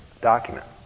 document